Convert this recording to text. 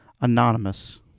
Anonymous